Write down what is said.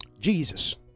Jesus